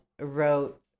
wrote